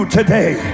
today